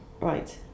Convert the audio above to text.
Right